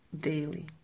daily